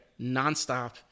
nonstop